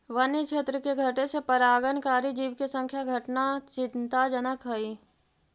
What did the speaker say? वन्य क्षेत्र के घटे से परागणकारी जीव के संख्या घटना चिंताजनक हइ